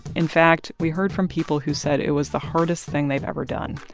in fact, we heard from people who said it was the hardest thing they've ever done.